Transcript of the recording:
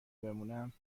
بمونم